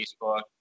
Facebook